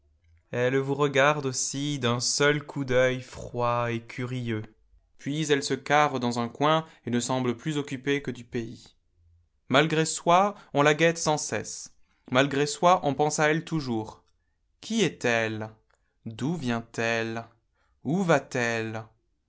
elle vous regarde aussi d'un seul coup d'oeil froid et curieux puis elle se carre dans un coin et ne semble plus occupée que du pays malgré soi on la o uette sans cesse malcré soi on pense à elle toujours qui est-elle d'où vient-elle où va-t-elle